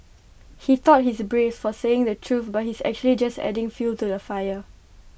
he thought he's brave for saying the truth but he's actually just adding fuel to the fire